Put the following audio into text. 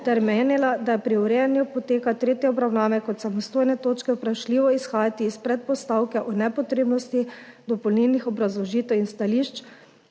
da je pri urejanju poteka tretje obravnave kot samostojne točke vprašljivo izhajati iz predpostavke o nepotrebnosti dopolnilnih obrazložitev in stališč,